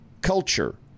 culture